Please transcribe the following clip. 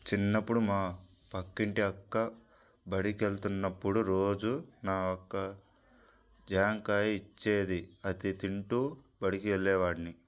చిన్నప్పుడు మా పక్కింటి అక్క బడికెళ్ళేటప్పుడు రోజూ నాకు ఒక జాంకాయ ఇచ్చేది, అది తింటూ బడికెళ్ళేవాడ్ని